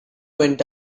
went